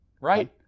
right